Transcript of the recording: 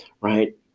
Right